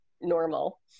normal